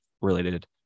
related